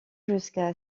jusqu’à